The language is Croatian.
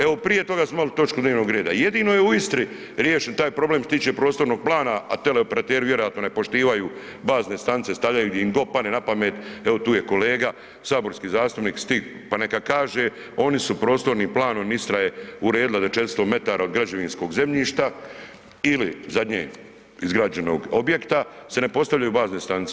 Evo prije smo imali točku dnevnog reda, jedino je u Istri riješen taj problem što se tiče prostornog plana, a teleoperateri vjerojatno ne poštivaju bazne stanice, stavljaju ih gdje god im padne na pamet, evo tu je kolega saborski zastupnik stigo pa neka kaže, oni su prostornim planom Istra je uredila da 400m od građevinskog zemljišta ili zadnje izgrađenog objekta se ne postavljaju bazne stanice.